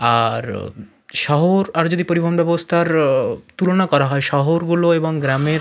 আর শহর আর যদি পরিবহণ ব্যবস্থার তুলনা করা হয় শহরগুলো এবং গ্রামের